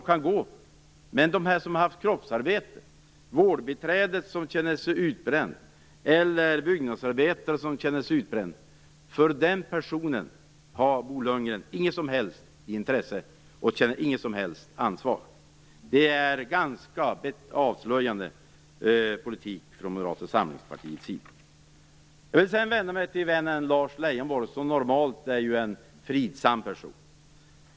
Men för de personer som har haft kroppsarbete - vårdbiträdet eller byggnadsarbetaren som känner sig utbränd - har Bo Lundgren inget som helst intresse och känner inget som helst ansvar. Det är en ganska avslöjande politik från Moderata samlingspartiets sida. Jag vill sedan vända mig till vännen Lars Leijonborg, som normalt är en fridsam person.